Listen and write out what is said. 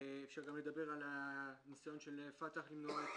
אפשר גם לדבר על הניסיון של פת"ח למנוע את